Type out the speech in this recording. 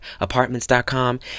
Apartments.com